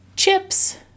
chips